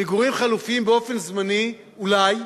מגורים חלופיים באופן זמני, אולי,